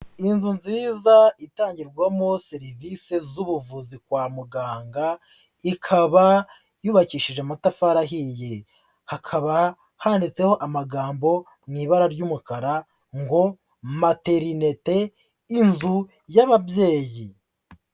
Inzu nziza itangirwamo serivise z'ubuvuzi kwa muganga, ikaba yubakishije amatafari ahiye, hakaba handitseho amagambo mu ibara ry'umukara ngo materinete, inzu y'ababyeyi.